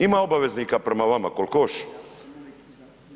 Ima obaveznika prema vama kolko oš.